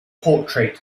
portrait